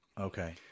Okay